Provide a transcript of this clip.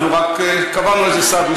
אנחנו רק קבענו איזה סד מסוים,